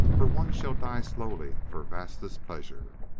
for one shall die slowly for vashta's pleasure,